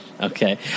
Okay